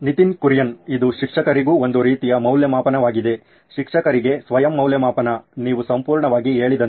ನಿತಿನ್ ಕುರಿಯನ್ ಇದು ಶಿಕ್ಷಕರಿಗೂ ಒಂದು ರೀತಿಯ ಮೌಲ್ಯಮಾಪನವಾಗಿದೆ ಶಿಕ್ಷಕರಿಗೆ ಸ್ವಯಂ ಮೌಲ್ಯಮಾಪನ ನೀವು ಸಂಪೂರ್ಣವಾಗಿ ಹೇಳಿದಂತೆ